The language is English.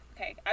Okay